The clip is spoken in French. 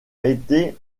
été